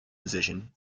position